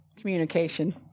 communication